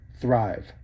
thrive